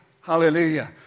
Hallelujah